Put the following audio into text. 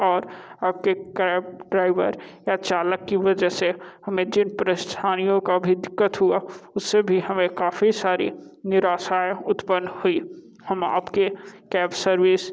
और आपके cab driver या चालक की वजह से हमें जिन परेशानियों का भी दिक्कत हुआ उससे भी हमें काफी सारी निराशाएँ उत्पन्न हुई हम आपके कैब सर्विस